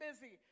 busy